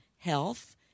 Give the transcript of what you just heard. Health